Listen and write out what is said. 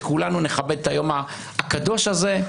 שכולנו נכבד את היום הקדוש הזה,